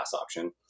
option